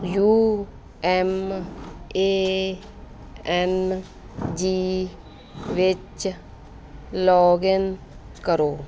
you M A N G ਵਿੱਚ login ਕਰੋ